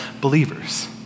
believers